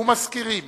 ומזכירים